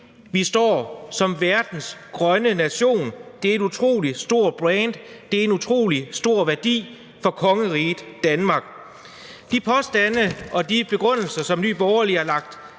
vi står som verdens grønne nation. Det er et utrolig stort brand, det er en utrolig stor værdi for kongeriget Danmark. De påstande og de begrundelser, som Nye Borgerlige har lagt